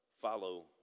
follow